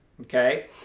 Okay